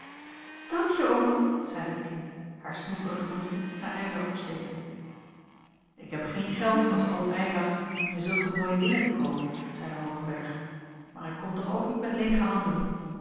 oome zeide het kind haar snoeperig mondje naar eylar opstekende ik heb geen geld als oom eylar om je zulke mooie dingen te koopen zeide hoogenberg maar ik kom toch ook niet met leêge handen